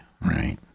right